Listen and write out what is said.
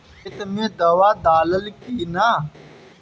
खेत मे दावा दालाल कि न?